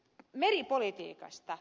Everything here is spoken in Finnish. huovinen meripolitiikasta